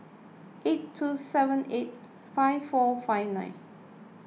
eight two seven eight five four five nine